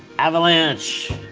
avalanche!